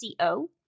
CO